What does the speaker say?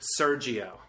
Sergio